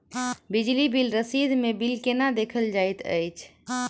बिजली बिल रसीद मे बिल केना देखल जाइत अछि?